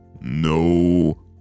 No